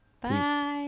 bye